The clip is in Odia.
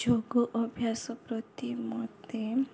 ଯୋଗ ଅଭ୍ୟାସ ପ୍ରତି ମତେ